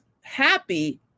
happy